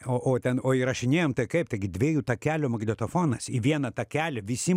o o ten o įrašinėjom tai kaip taigi dviejų takelių magnetofonas į vieną takelį visi